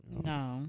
No